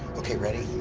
ok, ready?